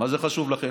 מה זה חשוב לכם?